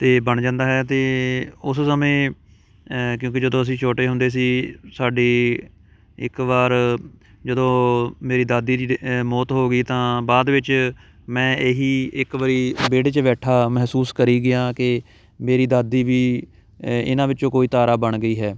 ਅਤੇ ਬਣ ਜਾਂਦਾ ਹੈ ਅਤੇ ਉਸ ਸਮੇਂ ਕਿਉਂਕਿ ਜਦੋਂ ਅਸੀਂ ਛੋਟੇ ਹੁੰਦੇ ਸੀ ਸਾਡੀ ਇੱਕ ਵਾਰ ਜਦੋਂ ਮੇਰੀ ਦਾਦੀ ਜੀ ਦੀ ਅ ਮੌਤ ਹੋ ਗਈ ਤਾਂ ਬਾਅਦ ਵਿੱਚ ਮੈਂ ਇਹ ਹੀ ਇੱਕ ਵਾਰੀ ਵਿਹੜੇ 'ਚ ਬੈਠਾ ਮਹਿਸੂਸ ਕਰੀ ਗਿਆ ਕਿ ਮੇਰੀ ਦਾਦੀ ਵੀ ਇਹਨਾਂ ਵਿੱਚੋਂ ਕੋਈ ਤਾਰਾ ਬਣ ਗਈ ਹੈ